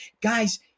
Guys